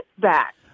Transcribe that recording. back